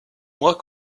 mois